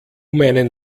meinen